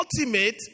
ultimate